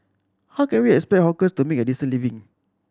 how can we expect hawkers to make a decent living